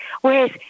Whereas